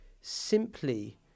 simply